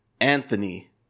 Anthony